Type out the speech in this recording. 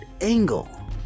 angle